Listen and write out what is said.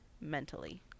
mentally